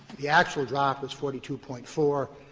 the actual drop was forty two point four.